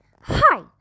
Hi